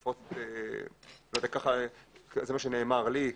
לפחות זה מה שנאמר לי.